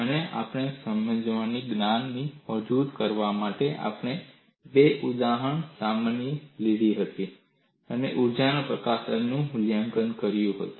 અને આપણી સમજણના જ્ઞાનને મજબૂત કરવા માટે આપણે બે ઉદાહરણ સમસ્યાઓ લીધી છે અને ઊર્જા પ્રકાશન દરનું મૂલ્યાંકન કર્યું છે